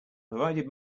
provided